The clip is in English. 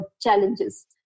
challenges